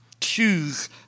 choose